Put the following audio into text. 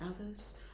others